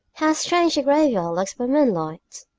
how strange the graveyard looks by moonlight!